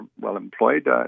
well-employed